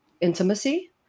intimacy